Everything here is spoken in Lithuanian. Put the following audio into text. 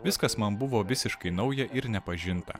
viskas man buvo visiškai nauja ir nepažinta